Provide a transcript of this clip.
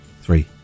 three